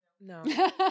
No